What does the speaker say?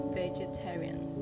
vegetarian